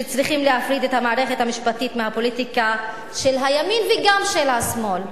שצריכים להפריד את המערכת המשפטית מהפוליטיקה של הימין וגם של השמאל?